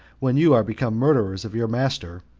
when you are become murderers of your master,